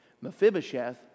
Mephibosheth